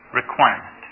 requirement